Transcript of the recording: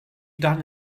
done